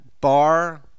bar